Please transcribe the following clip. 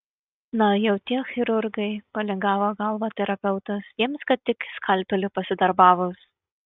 na jau tie chirurgai palingavo galvą terapeutas jiems kad tik skalpeliu pasidarbavus